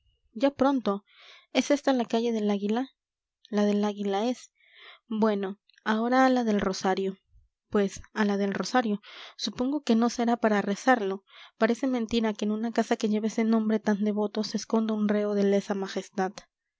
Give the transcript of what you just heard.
ya pronto es esta la calle del águila la del águila es bueno ahora a la del rosario pues a la del rosario supongo que no será para rezarlo parece mentira que en una casa que lleva ese nombre tan devoto se esconda un reo de lesa majestad